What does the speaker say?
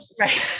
right